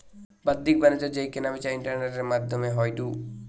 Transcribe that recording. বাদ্দিক বাণিজ্য যেই কেনা বেচা ইন্টারনেটের মাদ্ধমে হয়ঢু